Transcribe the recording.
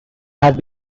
had